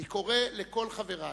אני קורא לכל חברי,